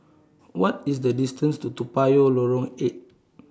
What IS The distance to Toa Payoh Lorong eight